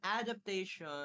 adaptation